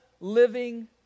living